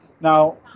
Now